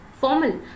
formal